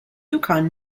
yukon